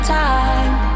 time